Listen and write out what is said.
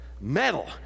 metal